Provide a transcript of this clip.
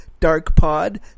DARKPOD